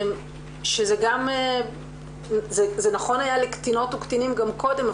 שזה נכון היה לקטינות וקטינים גם קודם,